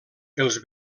els